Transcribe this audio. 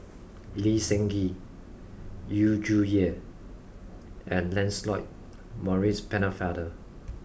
Lee Seng Gee Yu Zhuye and Lancelot Maurice Pennefather